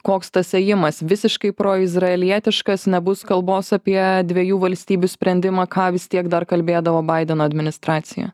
koks tas ėjimas visiškai proizraelietiškas nebus kalbos apie dviejų valstybių sprendimą ką vis tiek dar kalbėdavo baideno administracija